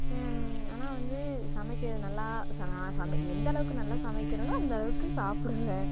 ஆனால் வந்து சமைக்கிறது நல்லா சா சம எந்த அளவுக்கு நல்லா சமைக்கிறேனோ அந்த அளவுக்கு சாப்பிடுவேன்